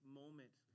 moment